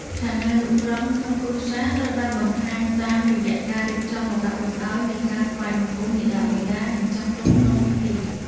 ឋានានុក្រមក្នុងគ្រួសារត្រូវបានបង្ហាញតាមរយៈការរៀបចំលំដាប់លំដោយនៃការថ្វាយបង្គំមាតាបិតា និងចាស់ទុំក្នុងពិធី។